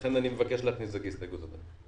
לכן אני מבקש להכניס את זה כהסתייגות, אדוני.